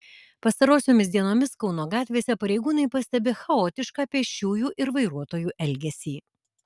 pastarosiomis dienomis kauno gatvėse pareigūnai pastebi chaotišką pėsčiųjų ir vairuotojų elgesį